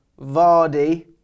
Vardy